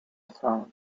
songs